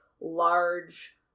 large